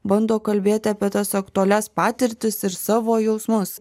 bando kalbėti apie tas aktualias patirtis ir savo jausmus